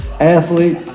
athlete